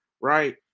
right